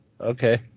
Okay